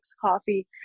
coffee